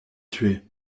tué